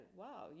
wow